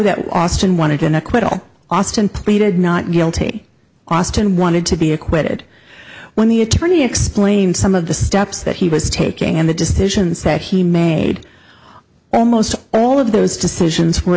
that austin wanted an acquittal austin pleaded not guilty austin wanted to be acquitted when the attorney explained some of the steps that he was taking and the decisions that he made almost all of those